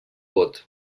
vot